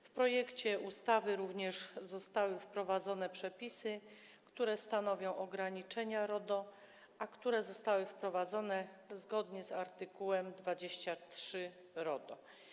W projekcie ustawy zostały również wprowadzone przepisy, które stanowią ograniczenia RODO, a które zostały wprowadzone zgodnie z art. 23 RODO.